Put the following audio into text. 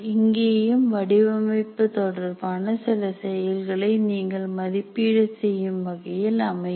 இங்கேயும் வடிவமைப்பு தொடர்பான சில செயல்களை நீங்கள் மதிப்பீடு செய்யும் வகையில் அமையும்